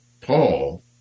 Paul